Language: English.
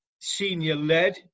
senior-led